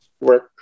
work